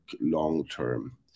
long-term